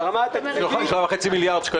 שאול, 3 מיליארד מהתמ"ת.